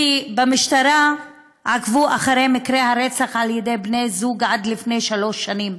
כי במשטרה עקבו אחרי מקרי הרצח על ידי בני זוג עד לפני שלוש שנים,